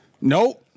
Nope